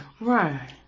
Right